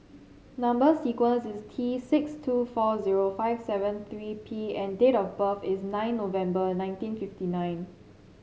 number sequence is T six two four zero five seven three P and date of birth is nine November nineteen fifty nine